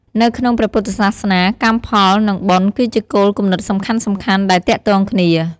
នៅក្នុងព្រះពុទ្ធសាសនា កម្មផល និង បុណ្យ គឺជាគោលគំនិតសំខាន់ៗដែលទាក់ទងគ្នា។